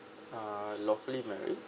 uh lawfully married